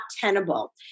tenable